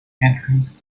countries